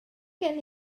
gen